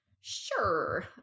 sure